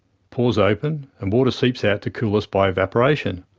pores open, and water seeps out to cool us by evaporation.